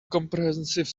comprehensive